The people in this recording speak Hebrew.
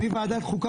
מוועדת החוקה,